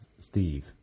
Steve